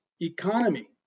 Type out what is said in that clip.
economy